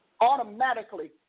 automatically